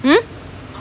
hmm